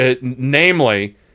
namely